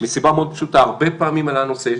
מסיבה מאוד פשוטה, הרבה פעמים עלה הנושא.